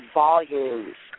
volumes